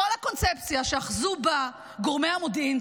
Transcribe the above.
כל הקונספציה שאחזו בה גורמי המודיעין,